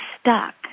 stuck